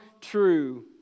true